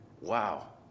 Wow